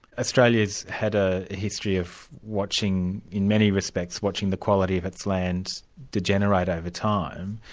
australia's had a history of watching in many respects, watching the quality of its lands degenerate over time.